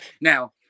Now